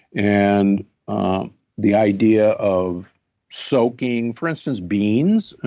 and um the idea of soaking, for instance, beans,